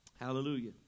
Hallelujah